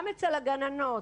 גם אצל הגננות